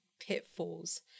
pitfalls